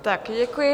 Také děkuji.